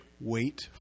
Wait